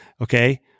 okay